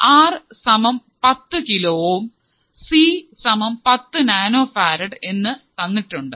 R സമം പത്തു kilo ohm C സമം പത്തു നാനോ ഫാരഡ് എന്ന് തന്നിട്ടുണ്ട്